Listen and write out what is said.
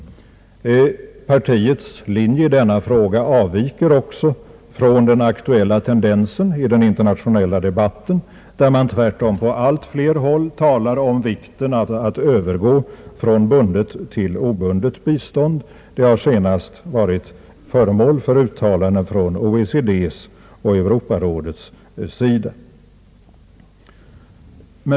Partiets linje i denna fråga avviker också från den aktuella tendensen i den internationella debatten, där man tvärtom på allt fler håll talar om vikten av att övergå från bundet till obundet bistånd. Sådana uttalanden har senast gjorts av OECD och Europarådet.